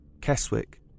Keswick